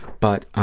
but